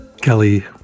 Kelly